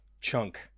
chunk